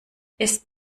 ist